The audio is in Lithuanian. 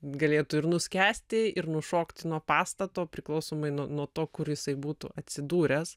galėtų ir nuskęsti ir nušokti nuo pastato priklausomai nuo nuo to kur jisai būtų atsidūręs